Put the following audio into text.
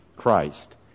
Christ